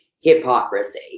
hypocrisy